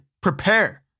prepare